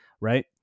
right